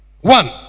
one